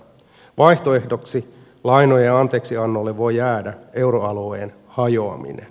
vaihtoehdoksi lainojen anteeksiannolle voi jäädä euroalueen hajoaminen